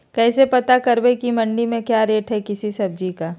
कैसे पता करब की मंडी में क्या रेट है किसी सब्जी का?